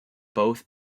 both